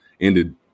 ended